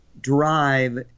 drive